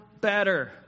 better